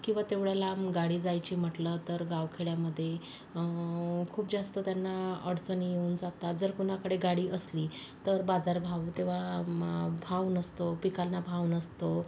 किंवा तेवढ्या लांब गाडी जायची म्हटलं तर गावखेड्यामधे खूप जास्त त्यांना अडचणी येऊन जातात जर कुणाकडे गाडी असली तर बाजारभाव तेव्हा भाव नसतो पिकांना भाव नसतो